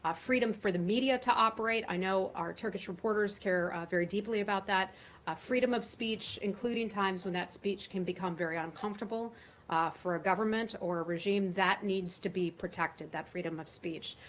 ah freedom for the media to operate i know our turkish reporters care very deeply about that ah freedom of speech, including times when that speech can become very uncomfortable for a government or a regime that needs to be protected, that freedom of speech.